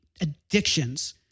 addictions